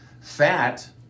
fat